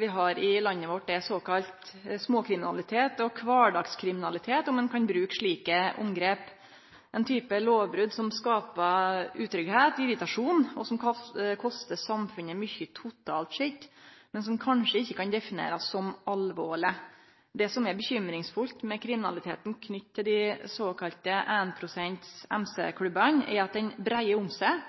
vi har i landet vårt, er såkalla småkriminalitet og kvardagskriminalitet – om ein kan bruke slike omgrep – ein type lovbrot som skapar utryggheit, irritasjon, og som kostar samfunnet mykje totalt sett, men som kanskje ikkje kan definerast som alvorleg. Det som er bekymringsfullt med kriminaliteten knytt til dei såkalla einprosent MC-klubbane, er at